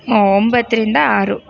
ಒಂಬತ್ತರಿಂದ ಆರು